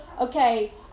Okay